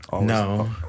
No